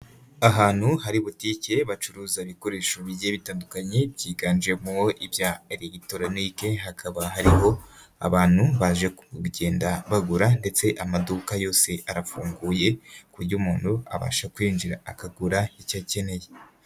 Ahantu hari butike bacuruza ibikoresho bigiye bitandukanye, byiganjemo ibya elegitoronike hakaba hariho abantu baje kugenda bagura ndetse amaduka yose arafunguye, ku buryo umuntu abasha kwinjira akagura icyo akeneye.